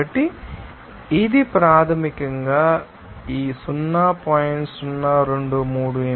కాబట్టి ఇది ప్రాథమికంగా ఈ 0